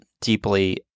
deeply